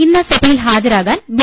ഇന്ന് സഭയിൽ ഹാജരാകാൻ ബി